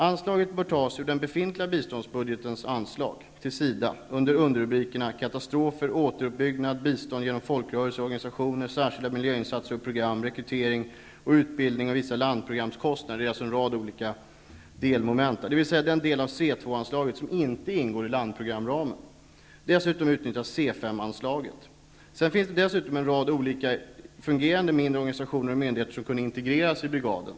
Anslagen bör tas ur den befintliga biståndsbudgetens anslag till SIDA med underrubrikerna Katastrofer, Återuppbyggnad, Bistånd genom folkrörelser och organisationer, Särskilda miljöinsatser och program, Rekrytering och utbildning och Vissa landprogramskostnader, alltså en rad olika delmoment, dvs. den del av C2-anslaget som inte ingår i landprogramsramen. Dessutom utnyttjas Sedan finns det en rad olika i dag fungerande mindre organisationer och myndigheter som kunde integreras i brigaden.